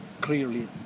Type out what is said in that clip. clearly